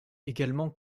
également